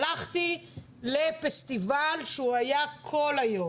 הלכתי לפסטיבל שהיה כל היום